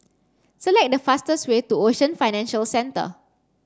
select the fastest way to Ocean Financial Centre